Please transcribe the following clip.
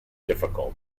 difficult